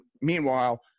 meanwhile